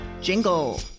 Jingle